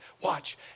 watch